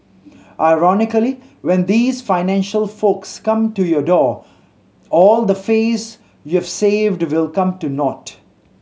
ironically when these financial folks come to your door all the face you have saved will come to naught